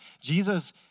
Jesus